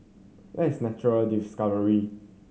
where is Nature Discovery